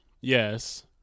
Yes